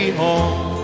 home